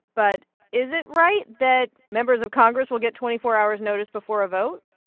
but is it right that members of congress will get twenty four hours' notice before a vote?